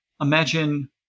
imagine